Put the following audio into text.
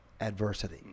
adversity